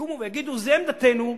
יקומו ויגידו: זו עמדתנו.